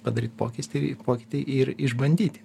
padaryt pokytį pokytį ir išbandyti